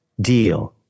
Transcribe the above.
deal